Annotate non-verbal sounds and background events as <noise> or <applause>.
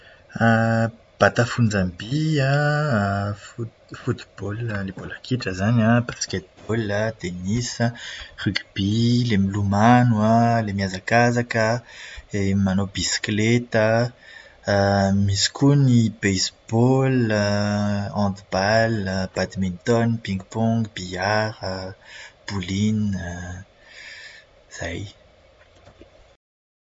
Mibata fonjam-by an, <hesitation> football ilay baolina kitra izany an, baskety baolina, tenisy, ringoby, ilay milomano an, ilay mihazakazaka, dia manao bisikileta, misy koa ny baseball, handball, badminton, ping-pong, billard, bowling, izay.